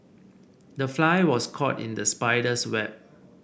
the fly was caught in the spider's web